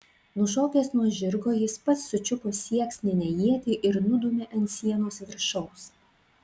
nušokęs nuo žirgo jis pats sučiupo sieksninę ietį ir nudūmė ant sienos viršaus